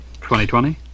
2020